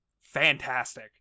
fantastic